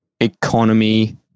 economy